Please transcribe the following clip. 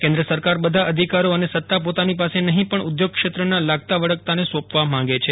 કેન્દ્ર સરકાર બધા અધિકારો અને સત્તા પોતાની પાસે નફી પણઉદ્યોગ ક્ષેત્રના લાગતા વળગતાને સોંપવા માંગે છે